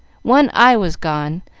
one eye was gone,